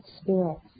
spirits